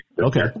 Okay